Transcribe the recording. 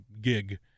gig